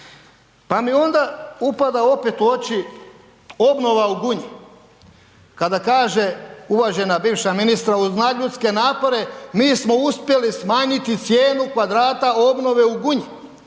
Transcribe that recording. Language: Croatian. Pa mi onda upada opet u oči obnova u Gunji, kada kaže uvažena bivša ministra uz nadljudske napore mi smo uspjeli smanjiti cijenu kvadrata obnove u Gunji.